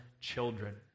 children